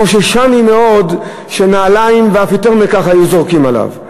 חוששני מאוד שנעליים ואף יותר מכך היו זורקים עליו.